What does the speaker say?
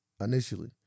initially